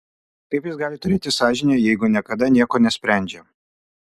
kaip jis gali turėti sąžinę jeigu niekada nieko nesprendžia